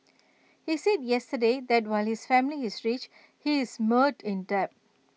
he said yesterday that while his family is rich he is mired in debt